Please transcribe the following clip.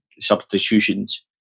substitutions